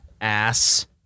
ass